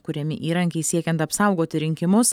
kuriami įrankiai siekiant apsaugoti rinkimus